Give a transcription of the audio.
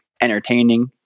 entertaining